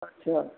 अच्छा